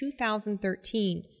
2013